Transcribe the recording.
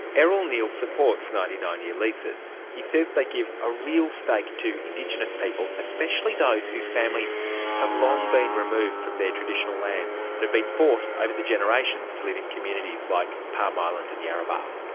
errol neal supports ninety nine year leases. he says they give a real stake to indigenous people, especially those whose families have long been removed from their traditional lands and have been forced over the generations to live in communities like palm island and yarrabah.